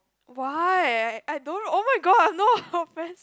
why I I don't oh my god no offence